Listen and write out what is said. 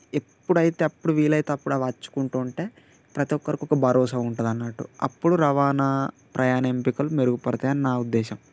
ఎప్పుడైతే అప్పుడు వీలైతే అప్పుడు అవి వచ్చుకుంటు ఉంటాయి ప్రతి ఒక్కరికి ఒక భరోసా ఉంటుంది అన్నట్టు అప్పుడు రవాణా ప్రయాణ ఎంపికలు మెరుగుపడతాయని నా ఉద్దేశం